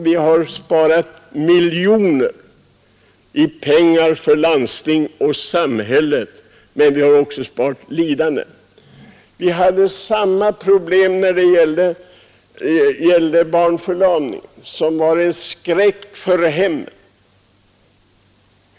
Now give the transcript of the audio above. Vi har därmed besparat landstinget och samhället miljoner, men vi har också besparat människor lidande. Samma problem hade vi när det gällde barnförlamning, som var en skräck för hemmen.